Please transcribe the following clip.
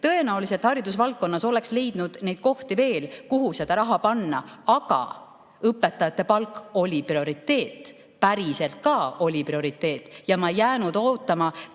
tõenäoliselt oleks haridusvaldkonnas leidnud neid kohti veel, kuhu seda raha panna, aga õpetajate palk oli prioriteet, päriselt ka oli prioriteet. Ma ei jäänud ootama,